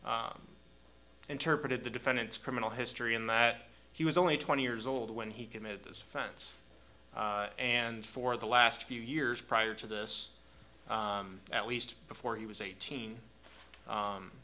interpreted the defendant's criminal history in that he was only twenty years old when he committed this fence and for the last few years prior to this at least before he was eighteen